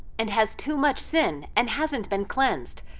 and has too much sin and hasn't been cleansed.